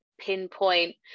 pinpoint